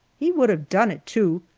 he would have done it, too,